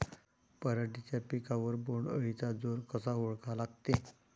पराटीच्या पिकावर बोण्ड अळीचा जोर कसा ओळखा लागते?